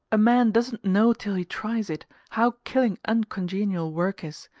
a man doesn't know till he tries it how killing uncongenial work is,